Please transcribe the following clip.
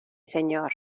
señor